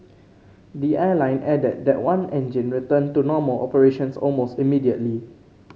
the airline added that one engine returned to normal operations almost immediately